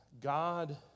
God